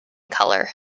colour